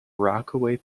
rockaway